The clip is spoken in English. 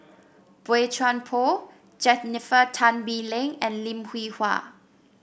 Boey Chuan Poh Jennifer Tan Bee Leng and Lim Hwee Hua